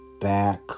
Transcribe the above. back